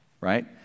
right